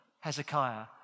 Hezekiah